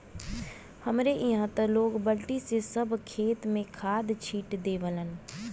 हमरे इहां त लोग बल्टी से सब खेत में खाद छिट देवलन